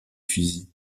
fusil